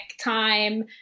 time